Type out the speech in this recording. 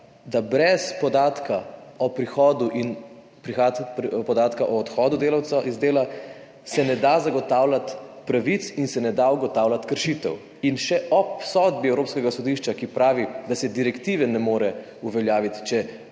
se brez podatka o prihodu in podatka o odhodu delavca z dela ne da zagotavljati pravic in se ne da ugotavljati kršitev, in še ob sodbi Evropskega sodišča, ki pravi, da se direktive ne more uveljaviti,